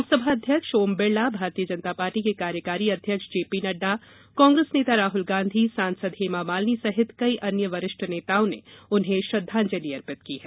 लोकसभा अध्यक्ष ओम बिरला भारतीय जनता पार्टी के कार्यकारी अध्यक्ष जेपी नड्डा कांग्रेस नेता राहुल गांधी सांसद हेमा मालिनी सहित कई अन्य वरिष्ठ नेताओं ने श्रद्धांजलि अर्पित की है